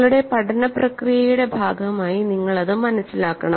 നിങ്ങളുടെ പഠന പ്രക്രിയയുടെ ഭാഗമായി നിങ്ങൾ അത് മനസ്സിലാക്കണം